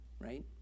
right